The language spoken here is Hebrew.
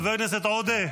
שקרן.